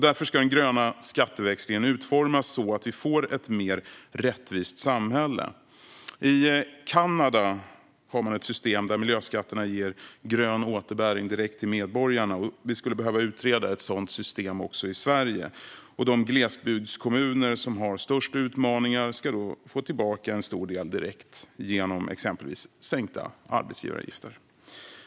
Därför ska den gröna skatteväxlingen utformas så att vi får ett mer rättvist samhälle. I Kanada har man ett system där miljöskatterna ger grön återbäring direkt till medborgarna. Vi skulle behöva utreda ett sådant system även i Sverige. De glesbygdskommuner som har störst utmaningar ska då få tillbaka en stor del direkt, exempelvis genom sänkta arbetsgivaravgifter.